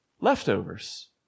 leftovers